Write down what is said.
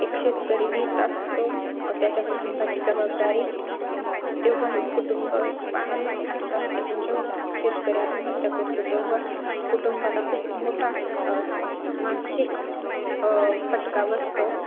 एक शेतकरी घेत असतो व त्याच्या कुटुंबाची जबाबदारी तेव्हा हे कुटुंब हे खूप आनंदात राहत असते पण जेव्हा शेतकरी आत्महत्या करतो तेव्हा कुटुंबाला खूप मोठा मानसिक फटका बसतो